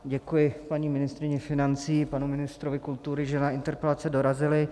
Děkuji paní ministryni financí i panu ministrovi kultury, že na interpelace dorazili.